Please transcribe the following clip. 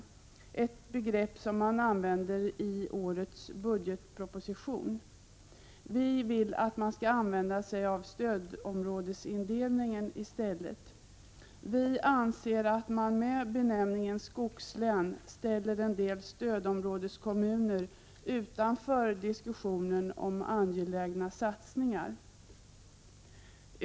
Det är ett begrepp som används i årets budgetproposition. Vi vill att man i stället skall använda sig av stödområdesindelningen. Vi anser att man med benämningen skogslän ställer en del stödområdeskommuner utanför diskussionen om angelägna satsningar.